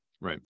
Right